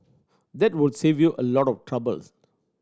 that would save you a lot of troubles